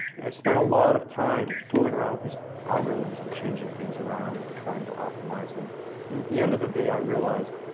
i spend a lot of time fooling around with these algorithms and changing things around in and trying to optimize them and at the end of the day i realized,